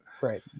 Right